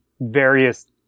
various